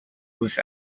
was